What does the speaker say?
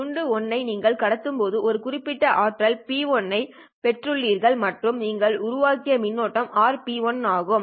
துண்டு 1 ஐ நீங்கள் கடத்தும் போது ஒரு குறிப்பிட்ட ஆற்றல் P1r ஐப் பெற்றுள்ளீர்கள் மற்றும் நீங்கள் உருவாக்கிய மின்னோட்டம் RP1r ஆகும்